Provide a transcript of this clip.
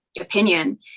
opinion